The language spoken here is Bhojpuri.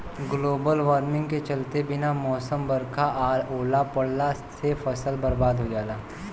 ग्लोबल वार्मिंग के चलते बिना मौसम बरखा आ ओला पड़ला से फसल बरबाद हो जाला